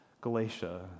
Galatia